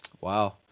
Wow